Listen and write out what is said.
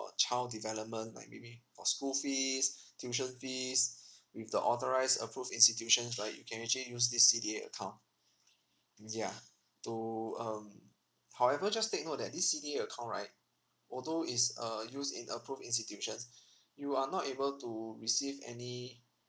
child development like maybe for school fees tuition fees with the authorised approved institutions right you can actually use this C_D_A account mm yeah to um however just take note that this C_D_A account right although it's uh used in approved institutions you are not able to receive any